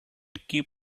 keep